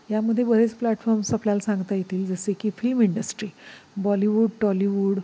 यामध्ये बरेच प्लॅटफॉर्म्स आपल्याला सांगता येतील जसे की फिल्म इंडस्ट्री बॉलीवूड टॉलीवूड